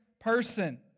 person